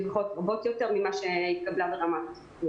סביר, בטח